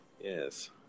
Yes